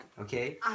Okay